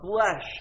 flesh